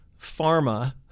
pharma